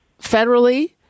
federally